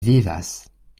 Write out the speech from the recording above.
vivas